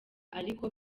ariko